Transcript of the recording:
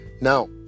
now